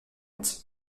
huit